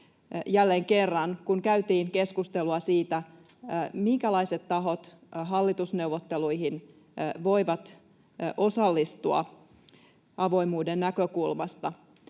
jälleen kerran, kun käytiin keskustelua siitä, minkälaiset tahot hallitusneuvotteluihin voivat osallistua avoimuuden näkökulmasta.